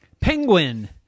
penguin